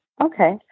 Okay